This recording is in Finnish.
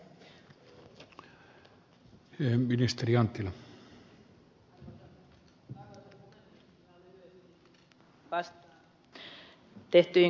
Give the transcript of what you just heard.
vastaan tehtyihin kysymyksiin